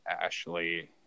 Ashley